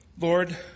Lord